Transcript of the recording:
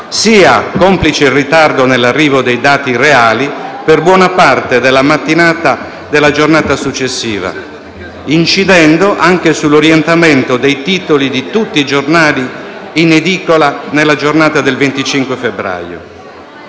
sia, complice il ritardo nell'arrivo dei dati reali, per buona parte della mattinata della giornata successiva, incidendo anche sull'orientamento dei titoli di tutti i giornali in edicola nella giornata del 25 febbraio.